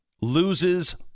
loses